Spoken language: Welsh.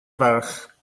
ferch